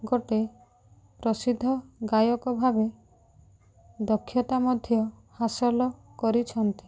ଗୋଟେ ପ୍ରସିଦ୍ଧ ଗାୟକ ଭାବେ ଦକ୍ଷତା ମଧ୍ୟ ହାସଲ କରିଛନ୍ତି